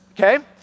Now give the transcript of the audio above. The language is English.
okay